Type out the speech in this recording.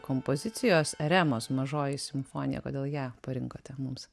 kompozicijos remos mažoji simfonija kodėl ją parinkote mums